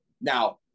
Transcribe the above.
Now